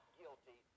guilty